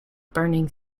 burning